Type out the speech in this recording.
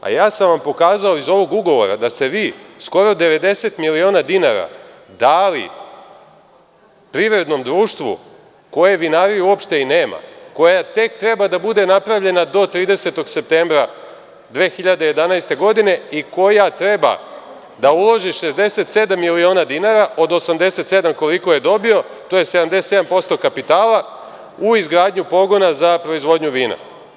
Ja sam vam pokazao iz onog ugovora da ste vi skoro 90 miliona dinara dali privrednom društvu koje vinariju uopšte i nema, koja tek treba da bude napravljena do 30. septembra 2011. godine i koja treba da uloži 67 miliona dinara od 87, koliko je dobio, a to je 77% kapitala u izgradnju pogona za proizvodnju vina.